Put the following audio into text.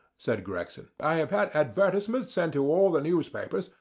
said gregson. i have had advertisements sent to all the newspapers,